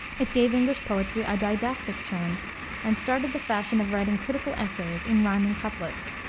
it gave english poetry a didactic turn and started the fashion of writing critical essays in riming couplets.